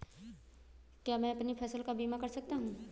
क्या मैं अपनी फसल का बीमा कर सकता हूँ?